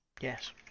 Yes